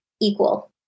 equal